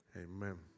Amen